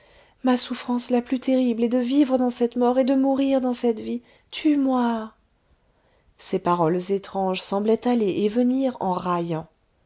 ma souffrance la plus terrible est de vivre dans cette mort et de mourir dans cette vie tue-moi ces paroles étranges semblaient aller et venir en